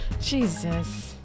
Jesus